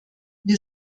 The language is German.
wir